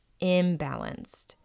imbalanced